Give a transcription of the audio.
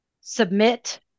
submit